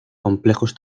complejos